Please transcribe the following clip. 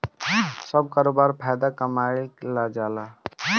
सब करोबार फायदा कमाए ला कईल जाल